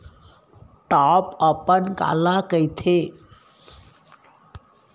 Top अपन काला कहिथे?